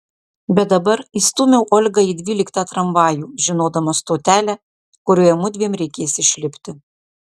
bet dabar įstūmiau olgą į dvyliktą tramvajų žinodama stotelę kurioje mudviem reikės išlipti